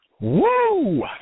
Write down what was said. Woo